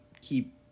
keep